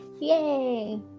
Yay